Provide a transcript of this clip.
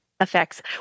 Effects